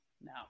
now